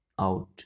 out